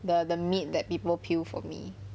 the the meat that people peel for me